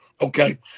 Okay